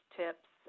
tips